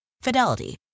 Fidelity